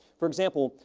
for example,